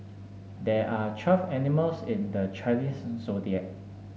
there are twelve animals in the Chinese Zodiac